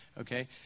Okay